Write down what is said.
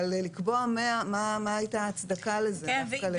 אבל לקבוע 100, מה הייתה ההצדקה דווקא ל-100?